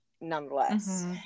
nonetheless